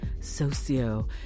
socio